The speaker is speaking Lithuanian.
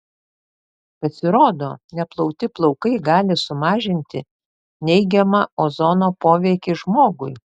pasirodo neplauti plaukai gali sumažinti neigiamą ozono poveikį žmogui